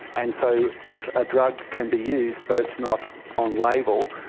and so if a drug can be used but it's not on label,